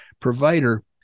provider